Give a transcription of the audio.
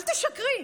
אל תשקרי.